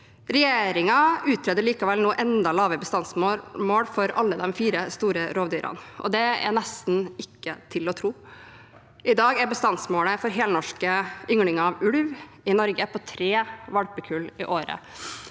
Regjeringen utreder likevel nå enda lavere bestandsmål for alle de fire store rovdyrene, og det er nesten ikke til å tro. I dag er bestandsmålet for helnorske ynglinger av ulv i Norge på tre valpekull i året.